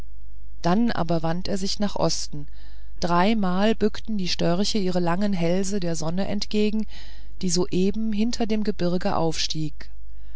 dann aber wandte er sich nach osten dreimal bückten die störche ihre langen hälse der sonne entgegen die soeben hinter dem gebirge heraufstieg